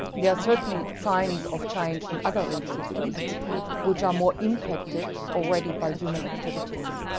yeah certainly signs of change in other reef systems which are more impacted already by human activities.